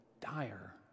dire